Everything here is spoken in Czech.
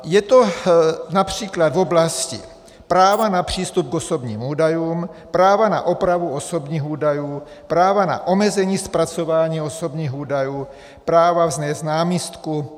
Je to např. v oblasti práva na přístup k osobním údajům, práva na opravu osobních údajů, práva na omezení zpracování osobních údajů, práva vznést námitku.